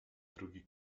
drugi